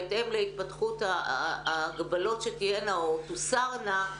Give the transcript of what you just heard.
בהתאם להתפתחות ההגבלות שתהיינה או תוסרנה,